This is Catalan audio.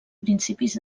principis